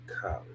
college